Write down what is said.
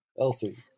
Elsie